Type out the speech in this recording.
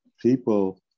people